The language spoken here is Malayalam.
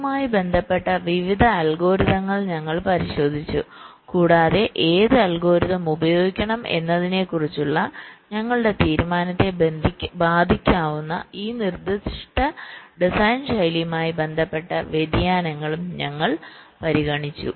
ഇതുമായി ബന്ധപ്പെട്ട വിവിധ അൽഗോരിതങ്ങൾ ഞങ്ങൾ പരിശോധിച്ചു കൂടാതെ ഏത് അൽഗോരിതം ഉപയോഗിക്കണം എന്നതിനെക്കുറിച്ചുള്ള ഞങ്ങളുടെ തീരുമാനത്തെ ബാധിക്കാവുന്ന ഈ നിർദ്ദിഷ്ട ഡിസൈൻ ശൈലിയുമായി ബന്ധപ്പെട്ട വ്യതിയാനങ്ങളും ഞങ്ങൾ പരിഗണിച്ചു